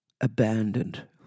abandoned